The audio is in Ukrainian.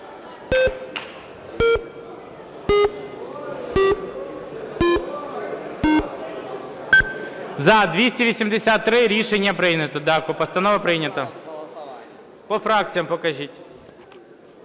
За-283 Рішення прийнято. Дякую. Постанова прийнята. По фракціях покажіть.